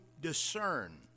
discern